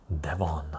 Devon